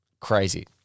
crazy